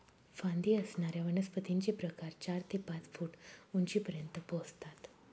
फांदी असणाऱ्या वनस्पतींचे प्रकार चार ते पाच फूट उंचीपर्यंत पोहोचतात